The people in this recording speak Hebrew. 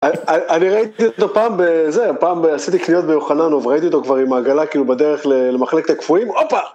אנ... אנ... אני ראיתי אותו פעם, ב... זה, פעם עשיתי קניות ביוחננוב, ראיתי אותו כבר עם העגלה כאילו בדרך למחלקת הקפואים, הופה!